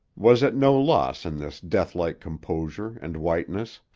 was at no loss in this deathlike composure and whiteness.